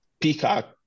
Peacock